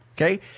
okay